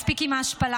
מספיק עם ההשפלה.